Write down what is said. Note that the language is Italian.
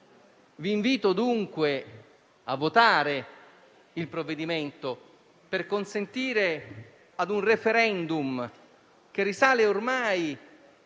Vi invito dunque a votare il provvedimento, per consentire a un *referendum*, che risale ormai